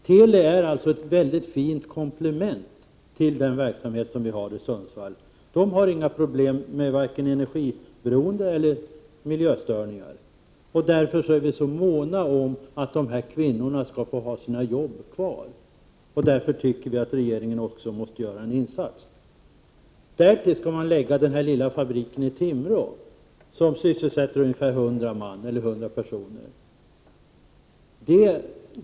Teli utgör alltså ett mycket fint komplement till den verksamhet som finns i Sundsvall. Teli har inga problem med vare sig energiberoende eller miljöstörningar, och därför är vi så måna om att de här kvinnorna skall få ha sina jobb kvar. Därför tycker vi också att regeringen måste göra en insats. Därtill skall man lägga den lilla fabriken i Timrå, som sysselsätter ungefär 100 personer.